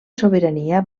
sobirania